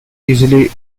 easily